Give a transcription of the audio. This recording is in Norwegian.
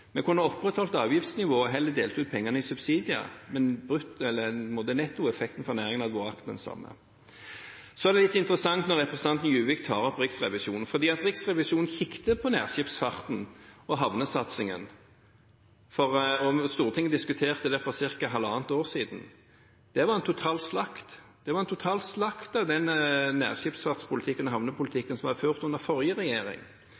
kunne opprettholdt avgiftsnivået og heller delt ut pengene i subsidier, men nettoeffekten for næringen hadde vært akkurat den samme. Så er det litt interessant når representanten Juvik tar opp Riksrevisjonen, for Riksrevisjonen så på nærskipsfarten og havnesatsingen da Stortinget diskuterte det for ca. halvannet år siden. Det var en total slakt. Det var en total slakt av den nærskipsfartspolitikken og havnepolitikken som er ført under forrige regjering.